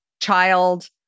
child